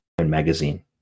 Magazine